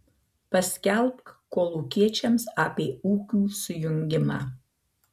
paskelbk kolūkiečiams apie ūkių sujungimą